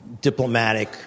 diplomatic